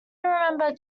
remember